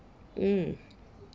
mm